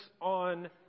on